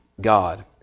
God